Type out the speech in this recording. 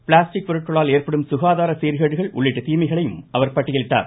plastic பொருட்களால் ஏற்படும் சுகாதார சீர்கேடுகள் உள்ளிட்ட தீமைகளையும் அவர் பட்டியலிட்டார்